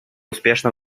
успешно